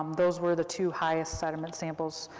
those were the two highest sediment samples.